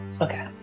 Okay